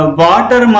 water